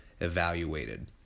evaluated